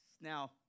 Now